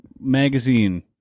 magazine